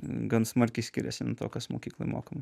gan smarkiai skiriasi nuo to kas mokykloj mokoma